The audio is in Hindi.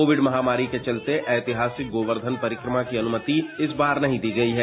कोविड महामारी के चलते ऐतिहासिक गोवर्धन परिक्रमा की अनुमति इस बार नहीं दी गई है